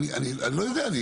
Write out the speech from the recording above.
אני לא יודע.